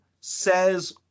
says